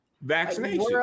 vaccination